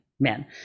men